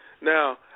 Now